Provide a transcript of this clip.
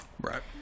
Right